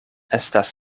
estas